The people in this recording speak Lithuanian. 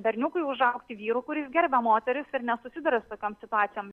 berniukui užaugti vyru kuris gerbia moteris ir nesusiduria su tokiom situacijom